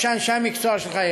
או של אנשי המקצוע שלך.